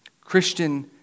Christian